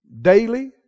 daily